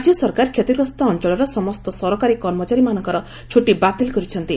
ରାଜ୍ୟ ସରକାର କ୍ଷତିଗ୍ରସ୍ତ ଅଞ୍ଚଳର ସମସ୍ତ ସରକାରୀ କର୍ମଚାରୀମାନଙ୍କର ଛୁଟି ବାତିଲ କରିଛନ୍ତି